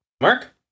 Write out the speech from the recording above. Mark